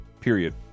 period